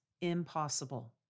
impossible